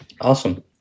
Awesome